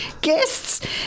Guests